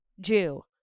Jew